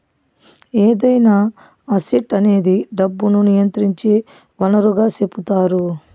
ఏదైనా అసెట్ అనేది డబ్బును నియంత్రించే వనరుగా సెపుతారు